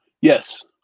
Yes